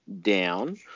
down